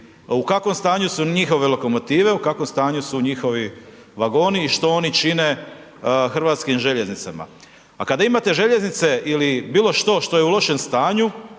U kakvom stanju su njihove lokomotive, u kakvom stanju su njihovi vagoni i što oni čine HŽ-u? Pa kada imate željeznice ili bilo što, što je u lošem stanju